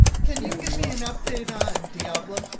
can you give me an update on diablo?